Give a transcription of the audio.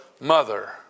mother